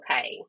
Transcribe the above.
okay